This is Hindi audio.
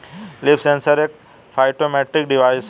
लीफ सेंसर एक फाइटोमेट्रिक डिवाइस है